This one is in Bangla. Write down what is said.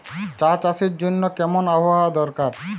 চা চাষের জন্য কেমন আবহাওয়া দরকার?